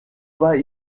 pas